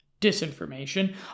disinformation